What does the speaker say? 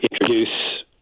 introduce